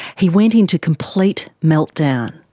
he went into complete meltdown.